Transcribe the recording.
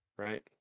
Right